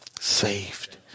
saved